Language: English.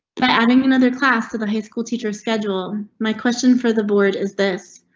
by adding another class to the high school teacher schedule, my question for the board is this.